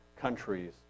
countries